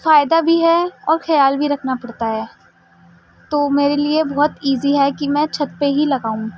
فائدہ بھی ہے اور خیال بھی رکھنا پڑتا ہے تو میرے لیے بہت ایزی ہے کہ میں چھت پہ ہی لگاؤں